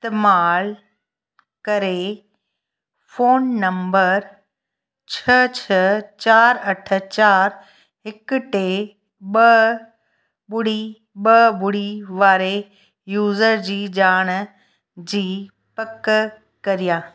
इस्तेमालु करे phone number छह छह चार अठ चार हिकु टे ॿ ॿुड़ी ॿ ॿुड़ी वारे यूज़र जी ॼाण जी पक करियां